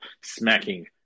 smacking